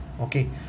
okay